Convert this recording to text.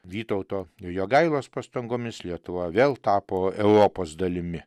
vytauto ir jogailos pastangomis lietuva vėl tapo europos dalimi